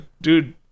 dude